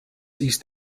ist